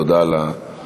תודה על האדיבות.